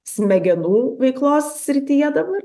smegenų veiklos srityje dabar